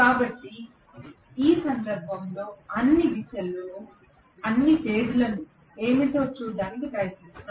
కాబట్టి ఈ సందర్భంలో అన్ని దిశలు ఏమిటో చూడటానికి ప్రయత్నిద్దాం